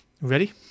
Ready